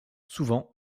souvent